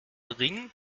ring